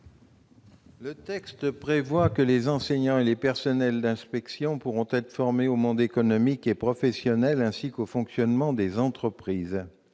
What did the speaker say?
de loi prévoit que les enseignants et les personnels d'inspection pourront être formés au monde économique et professionnel, ainsi qu'au fonctionnement des entreprises.